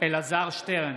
שטרן,